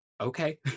okay